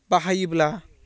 बाहायोब्ला